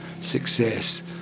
success